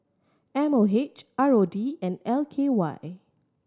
M O H R O D and L K Y